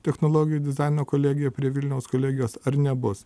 technologijų dizaino kolegiją prie vilniaus kolegijos ar nebus